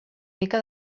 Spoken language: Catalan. mica